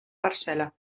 parcel·la